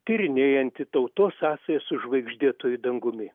tyrinėjanti tautos sąsajas su žvaigždėtuoju dangumi